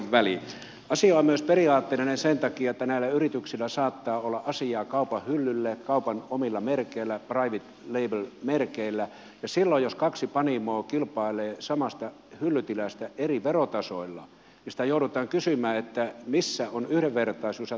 asia on myös periaatteellinen sen takia että näillä yrityksillä saattaa olla asiaa kaupan hyllylle kaupan omilla merkeillä private label merkeillä ja silloin jos kaksi panimoa kilpailee samasta hyllytilasta eri verotasoilla niin joudutaan kysymään missä on yhdenvertaisuus ja tasa arvo